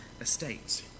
estate